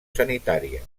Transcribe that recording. sanitària